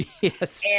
Yes